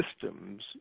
systems